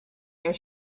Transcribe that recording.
your